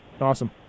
Awesome